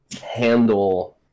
handle